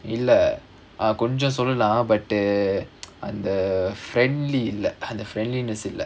இல்ல கொஞ்ச சொல்லலாம்:illa konja sollalaam but the and the friendly the friendliness